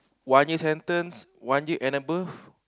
one year sentence one year and above